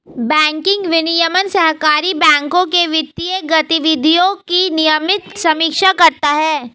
banking विनियमन सहकारी बैंकों के वित्तीय गतिविधियों की नियमित समीक्षा करता है